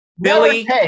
Billy